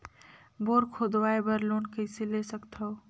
Bore खोदवाय बर loan कइसे ले सकथव?